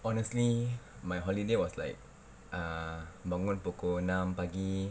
honestly my holiday was like ah bangun pukul enam pagi